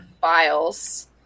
files